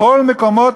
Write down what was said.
בכל המקומות,